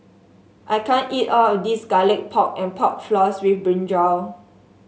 I can't eat all of this Garlic Pork and Pork Floss with brinjal